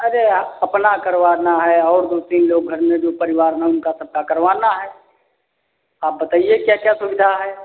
अरे आप अपना करवाना है और दो तीन लोग घर में जो परिवार में उनका सबका करवाना है आप बताइए क्या क्या सुविधा है